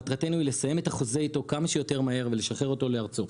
מטרתנו היא לסיים את החוזה איתו כמה שיותר מהר ולשחרר אותו לארצו.